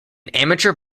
amateur